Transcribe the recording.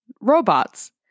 Robots